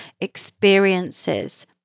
experiences